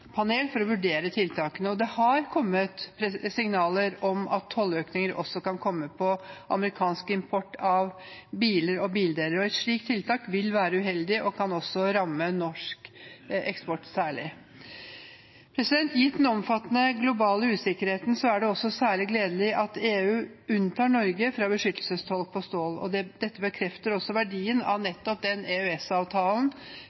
for å vurdere tiltakene. Det har kommet signaler om at det også kan komme tolløkninger på amerikansk import av biler og bildeler. Et slikt tiltak vil være uheldig og kan ramme norsk eksport særlig. Gitt den omfattende globale usikkerheten er det særlig gledelig at EU unntar Norge fra beskyttelsestoll på stål. Dette bekrefter verdien av den EØS-avtalen vi har, for å få både stabil og forutsigbar adgang til det